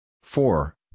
four